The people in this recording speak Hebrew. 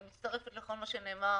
אני מצטרפת לכל מה שנאמר